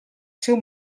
seu